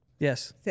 Yes